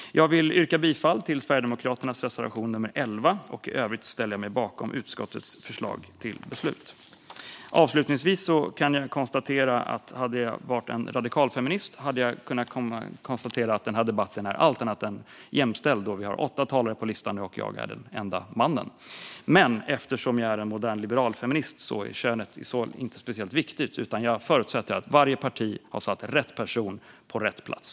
Jag vill yrka bifall till Sverigedemokraternas reservation nummer 11, och i övrigt ställer jag mig bakom utskottets förslag till beslut. Avslutningsvis hade jag, om jag hade varit radikalfeminist, kunnat konstatera att denna debatt är allt annat än jämställd då vi har åtta talare på listan och jag är den enda mannen. Men eftersom jag är en modern liberalfeminist anser jag att könet inte är speciellt viktigt, utan jag förutsätter att varje parti har satt rätt person på rätt plats.